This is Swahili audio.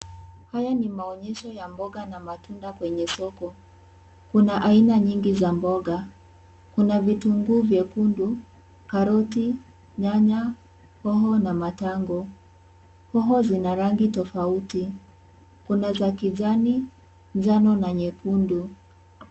Haya ni maenyesho ya mboga na matunda kwenye soko. Kuna aina nyingi za mboga. Kuna vitunguu vyekundu, karoti, nyanya, hoho na matango. Hoho zina rangi tofauti. Kuna za kijani, njano na nyekundu.